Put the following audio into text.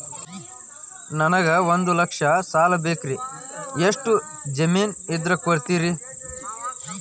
ನನಗೆ ಒಂದು ಲಕ್ಷ ಸಾಲ ಬೇಕ್ರಿ ಎಷ್ಟು ಜಮೇನ್ ಇದ್ರ ಕೊಡ್ತೇರಿ?